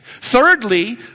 Thirdly